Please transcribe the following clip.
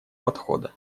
подхода